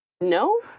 No